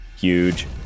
huge